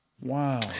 Wow